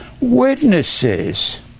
witnesses